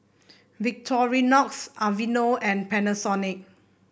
Victorinox Aveeno and Panasonic